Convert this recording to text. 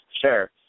Sure